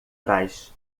trás